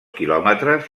quilòmetres